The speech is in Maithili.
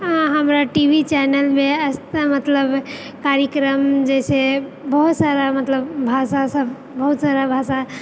हमरा टी वी चैनलमे अच्छा मतलब कार्यक्रम जे छै बहुत सारा मतलब भाषासभ बहुत सारा भाषा